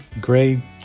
gray